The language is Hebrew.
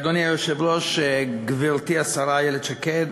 אדוני היושב-ראש, גברתי השרה איילת שקד,